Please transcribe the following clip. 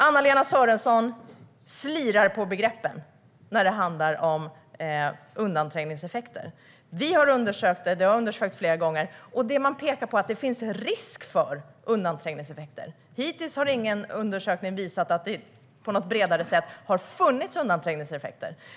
Anna-Lena Sörenson slirar på begreppen när det handlar om undanträngningseffekter. Det har undersökts flera gånger, och det man pekar på är att det finns risk för undanträngningseffekter. Hittills har ingen undersökning visat på ett tydligare sätt att det har funnits undanträngningseffekter.